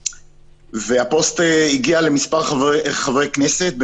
הפוסט הגיע למספר חברי כנסת,